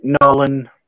Nolan